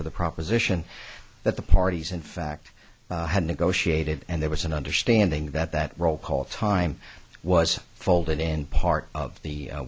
for the proposition that the parties in fact had negotiated and there was an understanding that that roll call time was folded in part of the